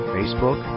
Facebook